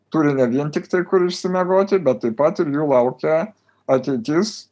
turi ne vien tik tai kur išsimiegoti bet taip pat ir jų laukia ateitis